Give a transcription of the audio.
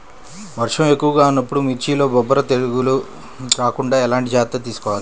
వర్షం ఎక్కువగా ఉన్నప్పుడు మిర్చిలో బొబ్బర తెగులు రాకుండా ఎలాంటి జాగ్రత్తలు తీసుకోవాలి?